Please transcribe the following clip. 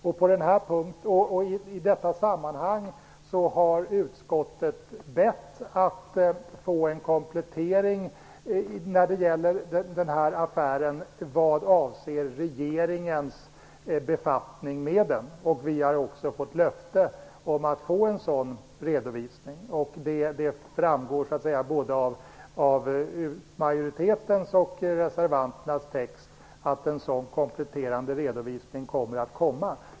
I detta sammanhang har utskottet bett att få en komplettering när det gäller den här affären vad avser regeringens befattning med den. Vi har också fått löfte om att få en sådan redovisning. Det framgår både av majoritetens och reservanternas text att en sådan kompletterande redovisning kommer att komma.